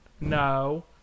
No